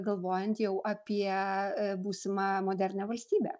galvojant jau apie būsimą modernią valstybę